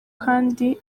kandi